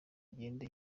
igenda